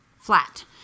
flat